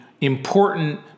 important